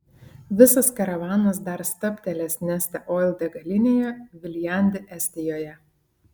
visas karavanas dar stabtelės neste oil degalinėje viljandi estijoje